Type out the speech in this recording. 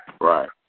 Right